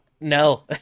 No